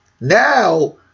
now